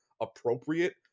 appropriate